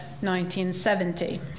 1970